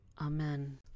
Amen